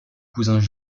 cousins